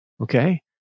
Okay